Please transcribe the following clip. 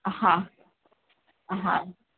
હા હા